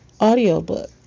audiobook